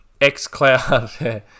xCloud